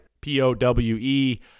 P-O-W-E